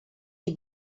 die